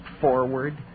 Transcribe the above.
forward